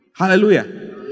Hallelujah